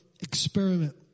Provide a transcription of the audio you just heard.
experiment